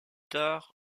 tard